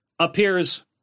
appears